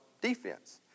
Defense